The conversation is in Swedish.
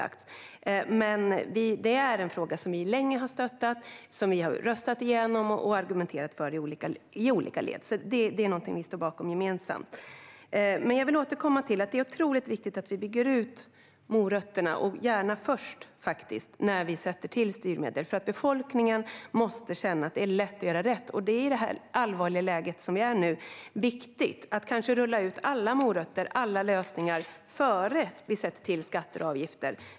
Det är dock en fråga som vi länge har stött och som vi har röstat igenom och argumenterat för i olika led, så det är något vi står bakom gemensamt. Det är viktigt att vi bygger ut morötterna, gärna innan vi sätter till styrmedlen. Befolkningen måste känna att det är lätt att göra rätt. I detta allvarliga läge är det viktigt att rulla ut alla morötter och alla lösningar innan vi sätter in skatter och avgifter.